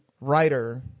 writer